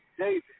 David